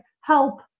help